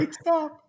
stop